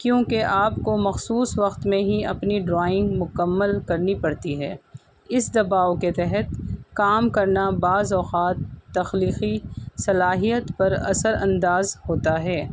کیونکہ آپ کو مخصوص وقت میں ہی اپنی ڈرائنگ مکمل کرنی پڑتی ہے اس دباؤ کے تحت کام کرنا بعض اوخات تخلیقی صلاحیت پر اثر انداز ہوتا ہے